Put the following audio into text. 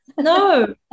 No